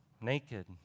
naked